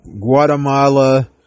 Guatemala